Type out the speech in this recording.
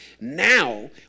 now